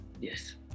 Yes